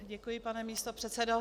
Děkuji, pane místopředsedo.